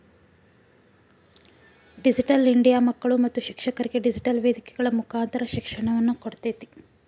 digital India ಮಕ್ಕಳು ಮತ್ತು ಶಿಕ್ಷಕರಿಗೆ ಡಿಜಿಟೆಲ್ ವೇದಿಕೆಗಳ ಮುಕಾಂತರ ಶಿಕ್ಷಣವನ್ನ ಕೊಡ್ತೇತಿ